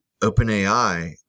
OpenAI